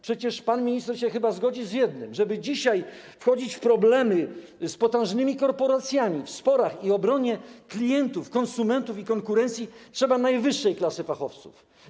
Przecież pan minister się chyba zgodzi z jednym: żeby dzisiaj wchodzić w spory z potężnymi korporacjami - chodzi o problemy i obronę klientów, konsumentów i konkurencji - trzeba najwyższej klasy fachowców.